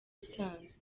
usanzwe